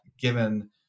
given